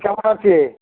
কেমন আছে